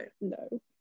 no